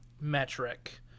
metric